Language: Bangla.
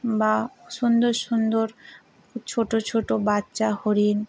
বা সুন্দর সুন্দর ছোটো ছোটো বাচ্চা হরিণ